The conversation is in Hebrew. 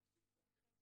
אני אפסיק פה,